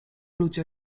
ludzie